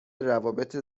روابط